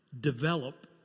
develop